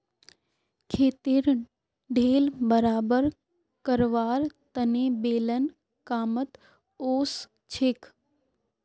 खेतेर ढेल बराबर करवार तने बेलन कामत ओसछेक